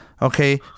Okay